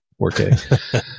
4k